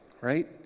right